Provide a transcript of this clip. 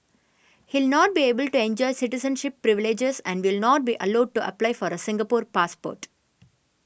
he not be able to enjoy citizenship privileges and will not be allowed to apply for a Singapore passport